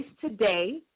today